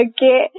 Okay